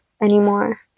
anymore